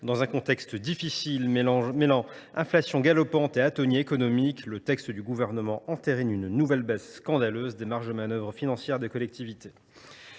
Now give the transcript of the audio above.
Dans un contexte difficile mêlant inflation galopante et atonie économique, le texte du Gouvernement entérine une nouvelle baisse scandaleuse des marges de manœuvre financières des collectivités.